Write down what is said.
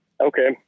okay